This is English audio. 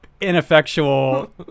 ineffectual